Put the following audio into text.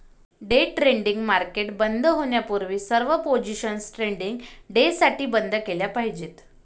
day trading market बंद होण्यापूर्वी सर्व पोझिशन्स ट्रेडिंग डेसाठी बंद केल्या पाहिजेत